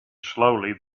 slowly